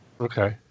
Okay